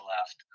left